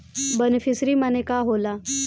Beneficiary मने का होला?